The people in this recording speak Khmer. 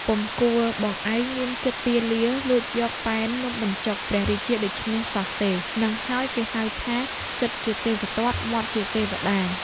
ពុំគួរបងឯងមានចិត្តពាលាលួចយកប៉ែននំបញ្ចុកព្រះរាជាដូច្នេះសោះទេ! ហ្នឹងហើយគេហៅថា ចិត្តជាទេវទត្ត មាត់ជាទេវតា!"